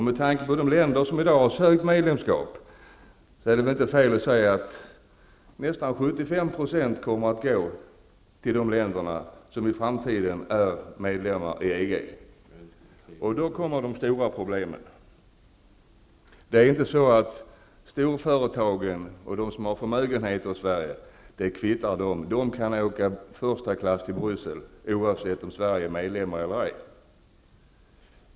Med tanke på vilka länder som i dag har sökt medlemskap, är det inte fel att säga att nästan 75 % av exporten kommer att gå till de länder som i framtiden är medlemmar i EG. Då uppstår de stora problemen. Det kan sägas att det här kvittar för storföretagen och de förmögna, för de kan åka första klass till Bryssel oavsett om Sverige är medlem eller ej.